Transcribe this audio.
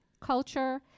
culture